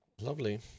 lovely